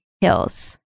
Hills